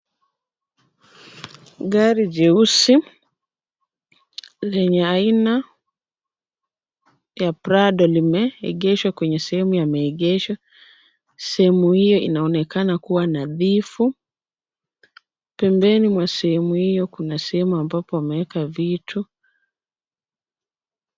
Gari jeusi lenye aina ya Prado limeegeshwa kwenye sehemu ya maegesho. Sehemu hiyo inaonekana kuwa nadhifu. Pembeni mwa sehemu hiyo kuna sehemu ambapo wameeka vitu.